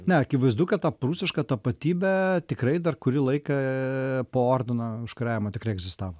ne akivaizdu kad ta prūsiška tapatybė tikrai dar kurį laiką po ordino užkariavimo tikrai egzistavo